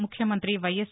ముఖ్యమంతి వైఎస్